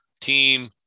team